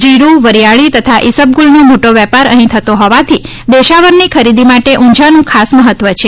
જીરૂ વરીયાળી તથા ઇસબગુલનો મોટો વેપાર અહીં થતો હોવાથી દેશાવરની ખરીદી માટે ઊંઝાનું ખાસ મહત્વ છે